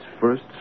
first